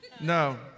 No